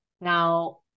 Now